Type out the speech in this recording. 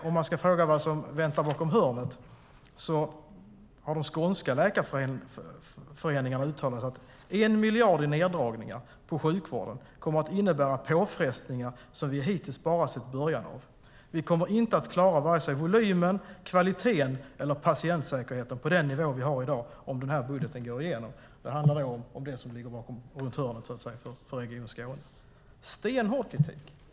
Om vi ska fråga oss vad som väntar bakom hörnet har de skånska läkarföreningarna uttalat att 1 miljard i neddragningar på sjukvården kommer att innebära påfrestningar som de hittills bara sett början av. De kommer inte att klara vare sig volymen, kvaliteten eller patientsäkerheten på den nivå som finns i dag om budgeten går igenom. Det handlar om vad som ligger bakom hörnet för Region Skåne. Det är stenhård kritik.